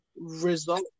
result